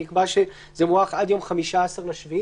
נקבע שזה מוארך עד יום 15 ביולי?